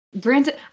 Granted